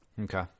Okay